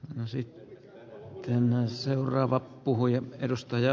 nasi se on seuraava puhujan edustaja